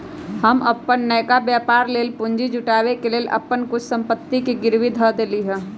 हम अप्पन नयका व्यापर लेल पूंजी जुटाबे के लेल अप्पन कुछ संपत्ति के गिरवी ध देलियइ ह